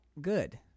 good